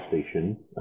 station